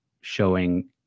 showing